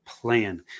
plan